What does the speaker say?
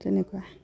তেনেকুৱা